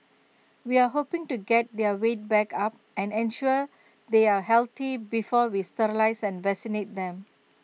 we are hoping to get their weight back up and ensure they are healthy before we sterilise and vaccinate them